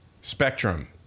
spectrum